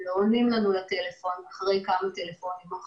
אם למשל לא עונים לנו לטלפונים אחרי כמה ימים,